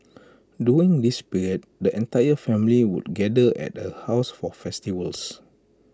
during this period the entire family would gather at her house for festivals